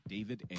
David